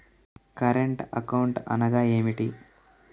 Current account అనగా ఏమిటి?